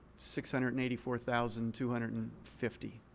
six hundred and eighty four thousand two hundred and fifty.